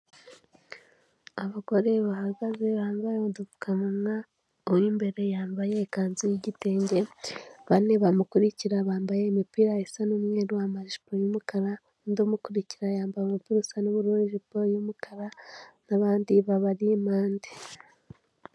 Abagore bahagaze bambaye udupfukamunwa, uw'imbere yambaye ikanzu y'igitenge bane bamukurikira bambaye imipira isa n'umweru, amajipo y'umukara, undi umukurikira yambaye ijipo Isa n'ubururu n'umukara n'abandi babari impande.